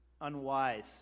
unwise